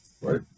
right